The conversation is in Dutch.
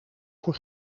voor